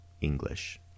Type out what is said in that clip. English